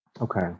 Okay